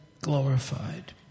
glorified